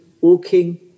walking